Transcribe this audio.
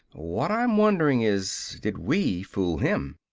what i'm wonderin' is, did we fool him?